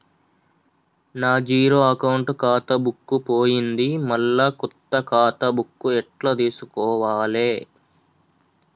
నా zero account ఖాతా book పోయింది మళ్ళా కొత్త ఖాతా బుక్కు ఎట్ల తీసుకోవాలే?